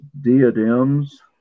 Diadems